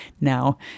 now